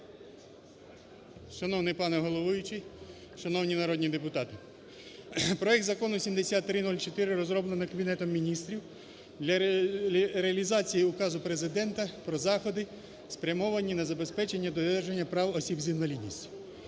Шановний пане головуючий, шановні народні депутати! Проект Закону 7304 розроблений Кабінетом Міністрів для реалізації Указу Президенту "Про заходи, спрямовані на забезпечення додержання прав осіб з інвалідністю".